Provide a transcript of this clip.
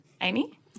Amy